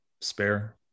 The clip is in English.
Spare